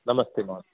नमस्ते महोदया